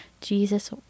Jesus